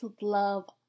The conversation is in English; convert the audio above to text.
love